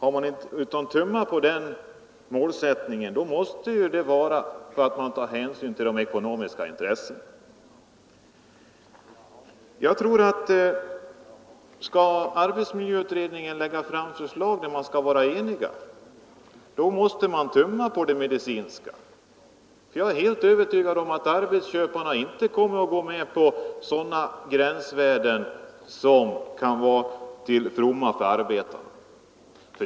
Tummar man på den målsättningen måste det bero på att man tar hänsyn till de ekonomiska intressena. Om arbetsmiljöutredningen skall kunna lägga fram enhälliga förslag måste man tumma på de medicinska aspekterna. Jag är helt övertygad om att arbetsköparna inte kommer att gå med på sådana gränsvärden som kan vara till fromma för arbetarna.